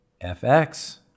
FX